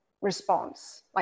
response